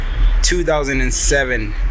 2007